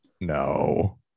No